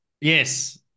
yes